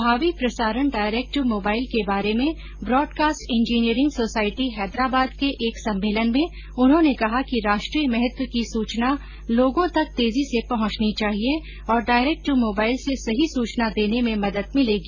भावी प्रसारण direct to mobile के बारे में ब्रॉडकास्ट इंजीनियरिंग सोसायटी हैदराबाद के एक सम्मेलन में उन्होंने कहा कि राष्ट्रीय महत्व की सूचना लोगों तक तेजी से पहुंचनी चाहिए और डायरेक्ट टू मोबाइल से सही सूचना देने में मदद मिलेगी